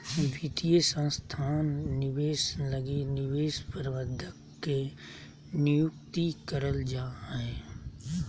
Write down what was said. वित्तीय संस्थान निवेश लगी निवेश प्रबंधक के नियुक्ति करल जा हय